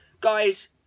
guys